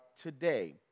today